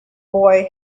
boy